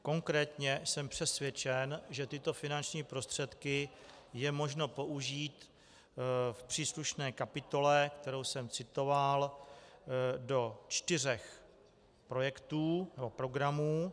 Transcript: Konkrétně jsem přesvědčen, že tyto finanční prostředky je možno použít v příslušné kapitole, kterou jsem citoval, do čtyř projektů nebo programů.